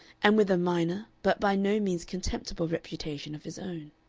and with a minor but by no means contemptible reputation of his own.